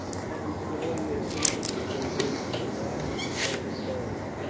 and, knowing their swamps as they do, could harass an invader terribly.